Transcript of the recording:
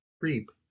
reap